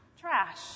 Trash